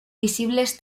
visibles